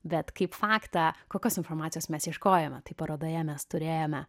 bet kaip faktą kokios informacijos mes ieškojome tai parodoje mes turėjome